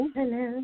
Hello